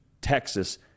Texas